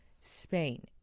Spain